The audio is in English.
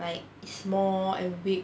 like small and weak